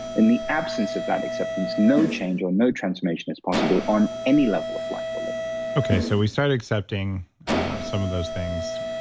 in the absence of that acceptance, no change or and no transformation is possible on any level of life we're living okay, so we start accepting some of those things.